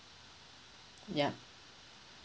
ya